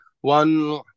one